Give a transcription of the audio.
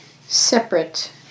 separate